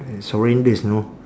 it's horrendous know